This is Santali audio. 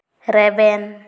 ᱨᱮᱵᱮᱱ